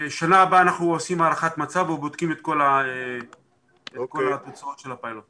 בשנה הבאה אנחנו עושים הערכת מצב ובודקים את כל התוצאות של הפיילוט.